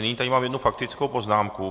Nyní tady mám jednu faktickou poznámku.